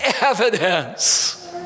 evidence